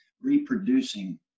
reproducing